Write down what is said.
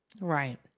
Right